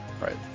Right